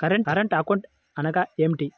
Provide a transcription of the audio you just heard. Current account అనగా ఏమిటి?